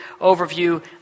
overview